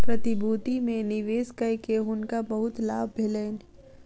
प्रतिभूति में निवेश कय के हुनका बहुत लाभ भेलैन